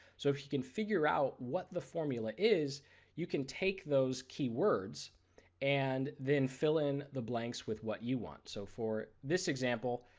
so if you can figure out what the formula is you can take those key words and then fill in the blanks with what you want. so for this example,